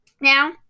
Now